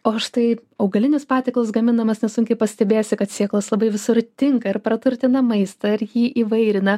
o štai augalinius patiekalus gamindamas nesunkiai pastebėsi kad sėklos labai visur tinka ir praturtina maistą ir jį įvairina